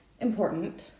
important